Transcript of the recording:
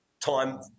time